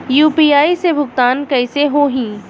UPI से भुगतान कइसे होहीं?